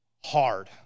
hard